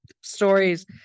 stories